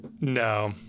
no